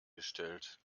gestellt